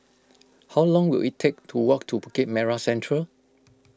how long will it take to walk to Bukit Merah Central